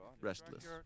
restless